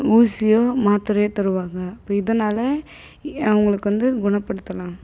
ஊசி மாத்திரயோ தருவாங்க அப்போ இதனால் அவங்களுக்கு வந்து குணப்படுத்தலாம்